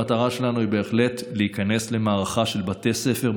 המטרה שלנו היא בהחלט להיכנס למערכה של בתי ספר,